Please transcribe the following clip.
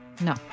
No